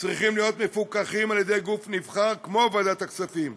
צריכים להיות מפוקחים על-ידי גוף נבחר כמו ועדת הכספים,